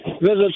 visits